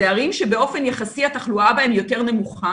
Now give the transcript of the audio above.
אלה ערים שבאופן יחסי התחלואה בהן יותר נמוכה